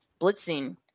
blitzing